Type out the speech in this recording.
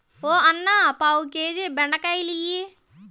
ఓ అన్నా, పావు కేజీ బెండకాయలియ్యి